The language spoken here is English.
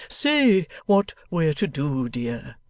say what we're to do, dear